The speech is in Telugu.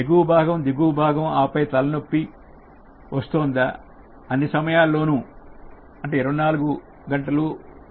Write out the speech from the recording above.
ఎగువ భాగం దిగువ భాగం ఆపై తలనొప్పి కొనసాగుతోందా అన్ని సమయాల్లోనూ 24 x 7 ఇవి ఉంటున్నాయా